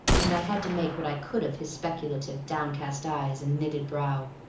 and i had to make what i could of his speculative, downcast eyes and knitted brows.